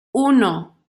uno